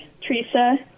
Teresa